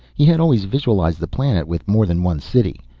he had always visualized the planet with more than one city.